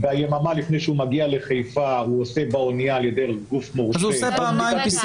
יממה לפני שהוא מגיע לחיפה הוא עושה עוד בדיקת PCR